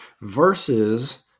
versus